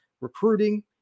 Recruiting